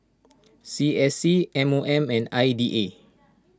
C S C M O M and I D A